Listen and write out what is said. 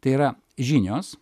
tai yra žinios